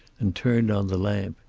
and turned on the lamp.